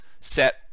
set